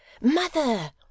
Mother